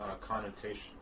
connotation